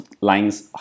lines